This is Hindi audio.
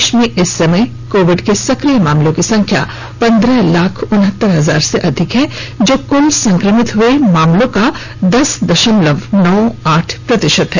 देश में इस समय कोविड के सक्रिय मामलों की संख्या पन्द्रह लाख उनहतर हजार से अधिक है जो कुल संक्रमित हुए मामलों का दस दशमलव नौ आठ प्रतिशत है